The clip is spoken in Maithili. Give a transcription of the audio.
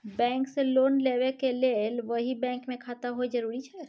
बैंक से लोन लेबै के लेल वही बैंक मे खाता होय जरुरी छै?